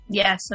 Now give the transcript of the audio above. yes